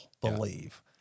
believe